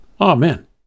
Amen